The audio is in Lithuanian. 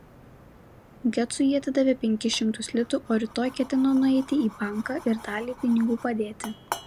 gecui ji atidavė penkis šimtus litų o rytoj ketino nueiti į banką ir dalį pinigų padėti